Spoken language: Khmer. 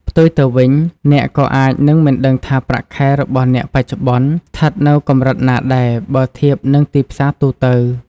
ផ្ទុយទៅវិញ អ្នកក៏អាចនឹងមិនដឹងថាប្រាក់ខែរបស់អ្នកបច្ចុប្បន្នស្ថិតនៅកម្រិតណាដែរ បើធៀបនឹងទីផ្សារទូទៅ។